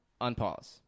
unpause